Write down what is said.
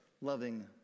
loving